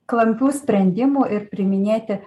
klampių sprendimų ir priiminėti